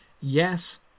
yes